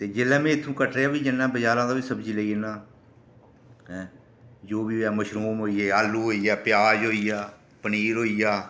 ते जेल्लै में इत्थूं कटरे दा बी जन्ना बजारै दा बी सब्जी लेई जन्ना ऐं जो बी होई गेआ आलू होई गे मशरूम होई गे प्याज होई गेआ पनीर होई गेआ